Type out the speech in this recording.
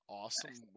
awesome